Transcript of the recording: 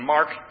Mark